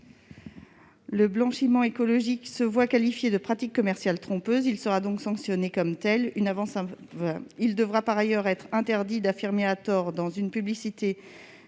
Le blanchiment écologique se voit qualifié de pratique commerciale trompeuse ; il sera donc sanctionné comme tel. Il devra par ailleurs être interdit d'affirmer à tort dans une publicité